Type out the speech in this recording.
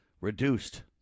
reduced